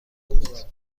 کنید